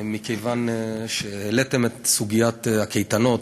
מכיוון שהעליתם את סוגיית הקייטנות,